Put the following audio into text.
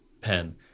pen